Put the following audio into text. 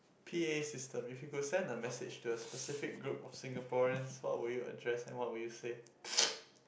p_a system if you could send a message to a specific group of Singaporeans what will you address and what will you say